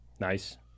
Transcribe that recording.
Nice